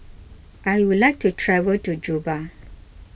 I would like to travel to Juba